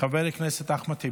חבר הכנסת אחמד טיבי.